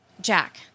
Jack